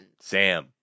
Sam